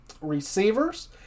receivers